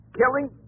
killing